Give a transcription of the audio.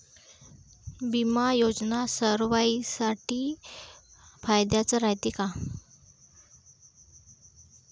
बिमा योजना सर्वाईसाठी फायद्याचं रायते का?